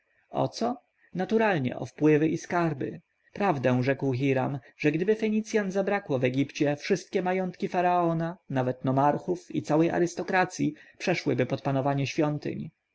o co naturalnie o wpływy i skarby prawdę rzekł hiram że gdyby fenicjan zabrakło w egipcie wszystkie majątki faraona nawet nomarchów i całej arystokracji przeszłyby pod panowanie świątyń